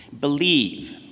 Believe